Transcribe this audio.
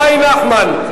שי נחמן,